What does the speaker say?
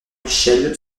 michel